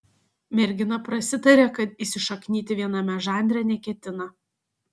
mergina prasitarė kad įsišaknyti viename žanre neketina